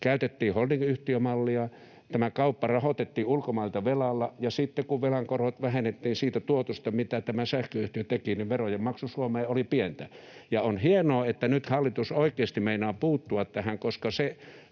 käytettiin holdingyhtiömallia, tämä kauppa rahoitettiin ulkomailta velalla, ja sitten kun velan korot vähennettiin siitä tuotosta, mitä tämä sähköyhtiö teki, niin verojen maksu Suomeen oli pientä. Ja on hienoa, että nyt hallitus oikeasti meinaa puuttua tähän, koska se